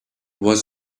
was